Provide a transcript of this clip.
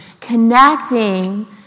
Connecting